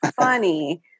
funny